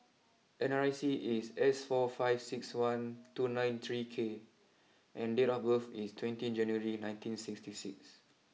N R I C is S four five six one two nine three K and date of birth is twenty January nineteen sixty six